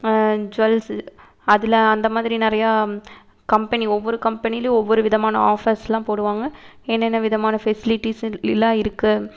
jewels அதில் அந்த மாதிரி நிறையா கம்பெனி ஒவ்வொரு கம்பெனிலேயும் ஒவ்வொரு விதமான ஆஃபர்ஸ்யெலாம் போடுவாங்க என்னென்ன விதமான ஃபெஸ்லிட்டிஸியெல்லில்லாம் இருக்குது